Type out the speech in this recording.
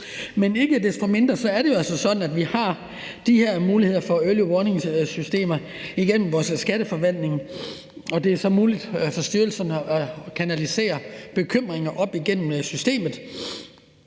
så. Ikke desto mindre er det jo altså sådan, at vi har de her muligheder for early warning-systemer igennem vores skatteforvaltning. Det er muligt for styrelserne at kanalisere bekymringer op igennem systemet,